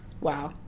Wow